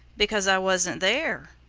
because i wasn't there,